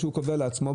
או שהוא קובע לעצמו.